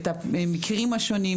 את המקרים השונים.